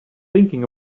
thinking